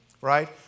right